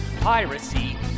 piracy